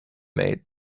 made